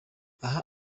aha